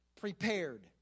prepared